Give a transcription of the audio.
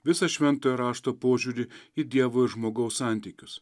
visą šventojo rašto požiūrį į dievo ir žmogaus santykius